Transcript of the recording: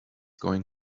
going